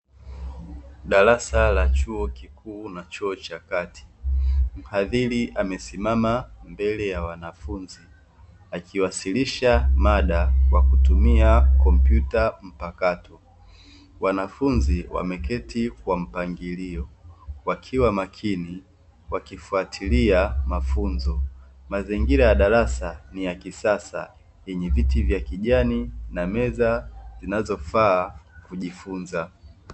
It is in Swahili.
Darasa la chuo kikuu na chuo cha kati muhadhiri amesimama mbele ya wanafunzi akiwasilisha mada kwa kutumia kompyuta mpakato wanafunzi wameketi kwa mpangilio, wakiwa makini wakifuatilia mafunzo mazingira ya darasa ni ya kisasa yenye viti vya kijani na meza zinazofaa kujifunza.